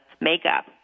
makeup